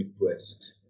request